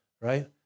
right